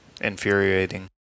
infuriating